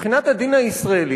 מבחינת הדין הישראלי,